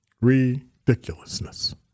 ridiculousness